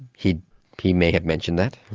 he he may have mentioned that.